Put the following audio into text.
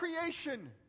creation